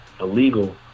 illegal